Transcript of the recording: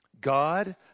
God